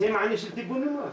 זה מענה של טיפול נמרץ.